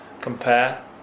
compare